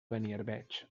beniarbeig